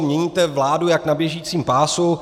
Měníte vládu jak na běžícím pásu.